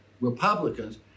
Republicans